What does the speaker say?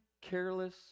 careless